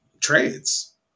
trades